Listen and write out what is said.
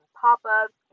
pop-ups